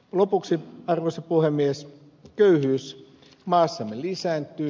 lopuksi arvoisa puhemies köyhyys maassamme lisääntyy